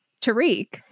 Tariq